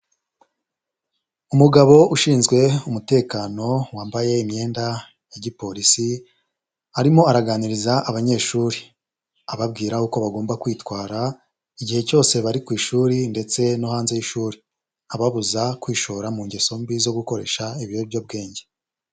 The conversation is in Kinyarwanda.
Umugabo ushinzwe umutekano, wambaye imyenda ya gipolisi, arimo araganiriza abanyeshuri. Ababwira uko bagomba kwitwara, igihe cyose bari ku ishuri ndetse no hanze y'ishuri. Ababuza kwishora mu ngeso mbi zo gukoresha ibiyobyabwenge.